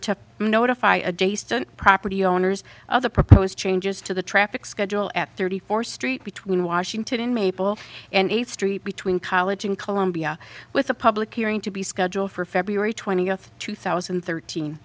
to notify adjacent property owners of the proposed changes to the traffic schedule at thirty fourth street between washington maple and eighth street between college and columbia with a public hearing to be scheduled for february twentieth two thousand and thirteen